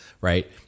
right